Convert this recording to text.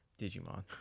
Digimon